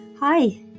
Hi